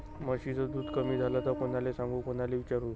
म्हशीचं दूध कमी झालं त कोनाले सांगू कोनाले विचारू?